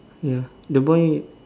ya the boy